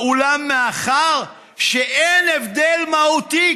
אולם מאחר שאין הבדל מהותי,